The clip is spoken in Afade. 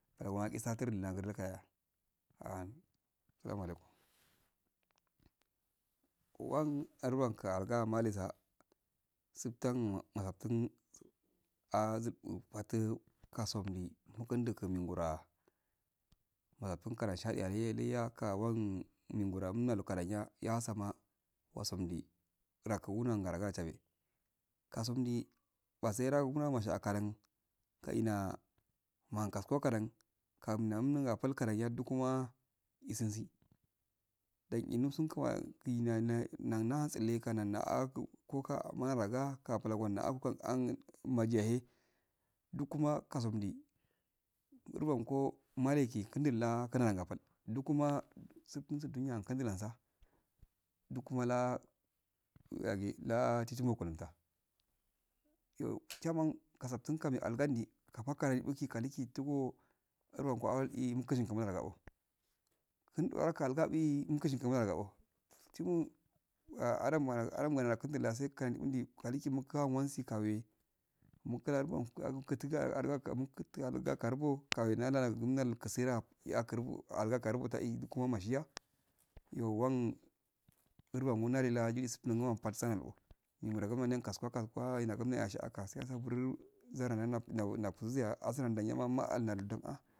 Rawai a is a nakra ka'a ahn salamu alakum wan alraka alga malusa tsuftan masatun azup matu kusum duki mukun ngora'a makasu ngorowa shadeya lah yalai ya kaban nyoro nokadanya yahasama wasondi rakubu ngara wasodi kasundi basai rugubu nan kalin kaina maliun hum gaskuro akadan kanda nkadan ma yadugud ma'a isusi don eh ndau sun kumani geh nanna tsale na kale go ka maragga kapla onga majahi lukma kasomdi gurup rongo maleki kun dula pal lukuma suftun suftun kun kundu lasa lukunmga yagi ləa tusungokilafta yo diaman osaftun ga me alga ndi kafakkar miki kaliki tugo tarboyun ikisi umkalagu ko kun gol gabi um gala gabi umikauki. tun adum gana tun nasi tun kali wasi kam eh mukudan mukutugan orga mukutugan kango kawe narega nasera yakubo akurba nasha ya iyo wan urbu rongo nari supulin. na mpaduse en wurego maragu ndelun. kasugu ka ani nafshi akasi purr zar nakusi sewa asna ma nalu donia.